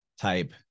type